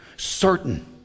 Certain